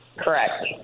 Correct